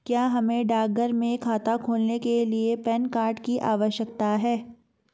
क्या हमें डाकघर में खाता खोलने के लिए पैन कार्ड की आवश्यकता है?